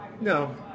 No